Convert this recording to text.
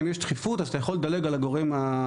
אם יש דחיפות אז אתה יכול לדלג על הגורם הזה.